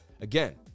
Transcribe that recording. Again